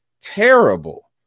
terrible